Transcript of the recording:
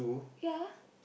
ya